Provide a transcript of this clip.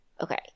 okay